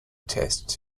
tests